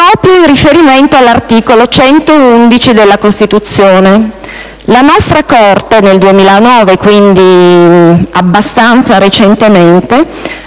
proprio in riferimento all'articolo 111 della Costituzione. La nostra Corte nel 2009 (quindi abbastanza recentemente)